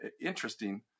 interesting